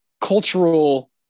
cultural